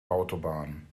autobahn